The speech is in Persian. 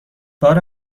بار